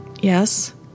Yes